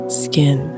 skin